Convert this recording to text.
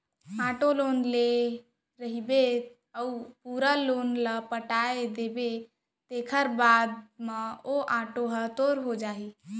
auto loan ले रहिबे अउ पूरा लोन ल पटा देबे तेखर बाद म आटो ह तोर हो जाही